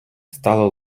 стало